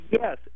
Yes